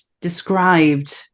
described